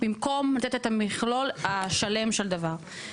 במקום לתת את המכלול השלם של דבר.